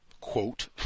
quote